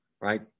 right